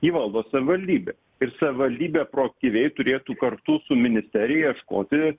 jį valdo savivaldybė ir savivaldybė proaktyviai turėtų kartu su ministerija ieškoti